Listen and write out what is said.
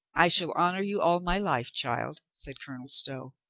i shall honor you all my life, child, said colonel stow.